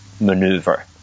maneuver